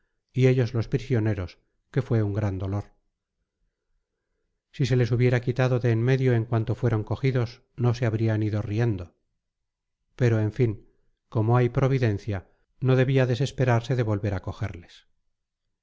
y ellos los prisioneros que fue un gran dolor si se les hubiera quitado de en medio en cuanto fueron cogidos no se habrían ido riendo pero en fin como hay providencia no debía desesperarse de volver a cogerles